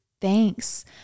thanks